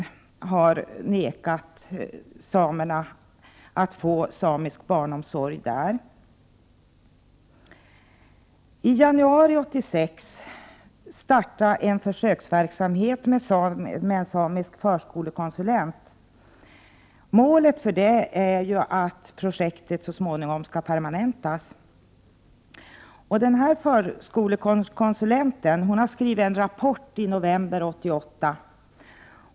Jokkmokks kommun har nämligen förvägrat samerna där att få samisk barnomsorg. I januari 1986 startades en försöksverksamhet med en samisk förskolekonsulent. Målet för verksamheten är att projektet så småningom skall permanentas. Förskolekonsulenten i fråga skrev en rapport i november 1988.